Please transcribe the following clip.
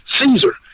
Caesar